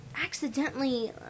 accidentally